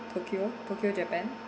tokyo tokyo japan